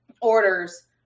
orders